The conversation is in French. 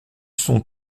sont